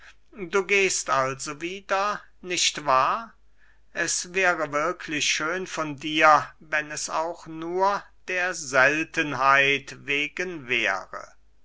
du gehst also wieder nicht wahr es wäre wirklich schön von dir wenn es auch nur der seltenheit wegen wäre